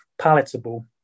palatable